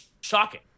shocking